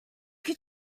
can